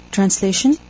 Translation